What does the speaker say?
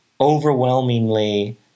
overwhelmingly